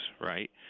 right